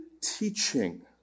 teaching